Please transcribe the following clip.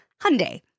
Hyundai